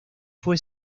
fue